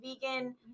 Vegan